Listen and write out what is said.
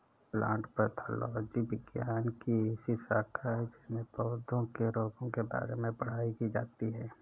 plant pathology विज्ञान की ऐसी शाखा है जिसमें पौधों के रोगों के बारे में पढ़ाई की जाती है